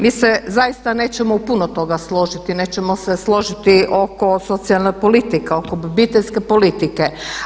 Mi se zaista nećemo u puno toga složiti, nećemo se složiti oko socijalne politike, oko obiteljske politike.